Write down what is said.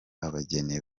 abageni